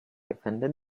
offended